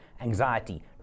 anxiety